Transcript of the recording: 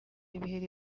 ibiheri